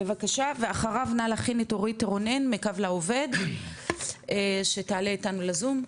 בבקשה ואחריו נא להכין את אורית רונן מ"קו לעובד" שתעלה איתנו לזום,